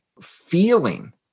feeling